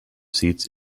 seats